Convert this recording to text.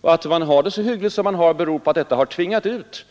Att människorna har det så relativt hyggligt som de har, det beror på att detta förhållande har tvingat ut